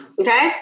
okay